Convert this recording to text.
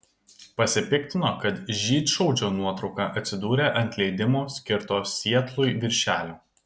pasipiktino kad žydšaudžio nuotrauka atsidūrė ant leidimo skirto sietlui viršelio